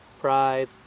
pride